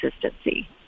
consistency